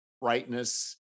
brightness